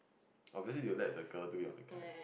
obviously they will let the girl do it on the guy